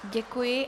Děkuji.